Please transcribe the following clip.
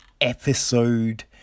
episode